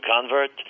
convert